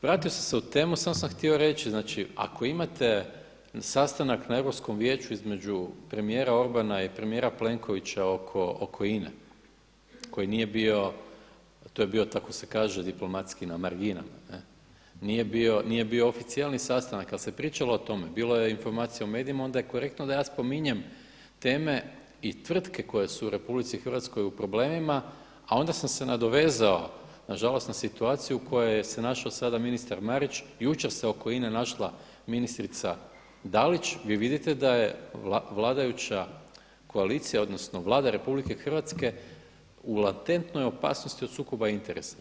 Vratio sam se u temu, samo sam htio reći znači ako imate sastanak na Europskom vijeću između premijera Orbana i premijera Plenkovića oko INA-e koji nije bio, to je bio tako se kaže diplomatski na marginama, nije bio oficijalni sastanak ali se pričalo o tome, bilo je informacija u medijima onda je korektno da ja spominjem teme i tvrtke koje su u RH u problemima a onda sam se nadovezao nažalost na situaciju u kojoj se našao sada ministar Marić, jučer se oko INA-e našla ministrica Dalić, vi vidite da je vladajuća koalicija, odnosno Vlada RH u latentnoj opasnosti od sukoba interesa.